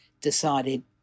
decided